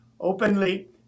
openly